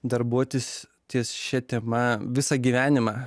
darbuotis ties šia tema visą gyvenimą